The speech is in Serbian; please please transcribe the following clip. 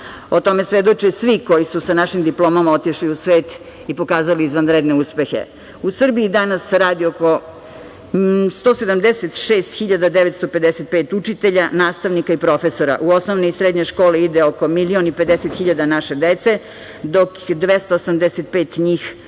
O tome svedoče svi koji su sa našim diplomama otišli u svet i pokazali izvanredne uspehe.U Srbiji danas radi oko 176.955 učitelja, nastavnika i profesora. U osnovne i srednje škole ide oko 1.050.000 naše dece, dok 285.000 njih